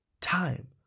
time